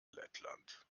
lettland